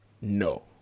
No